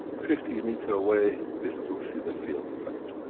fifty meters away, we still see the field effect.